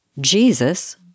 Jesus